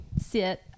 sit